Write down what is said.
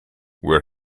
where